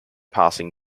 passing